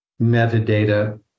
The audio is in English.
metadata